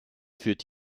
führt